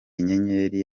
inyenyeri